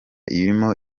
irimo